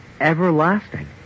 Everlasting